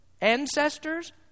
ancestors